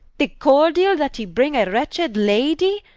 the cordiall that ye bring a wretched lady?